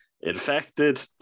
infected